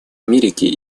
америки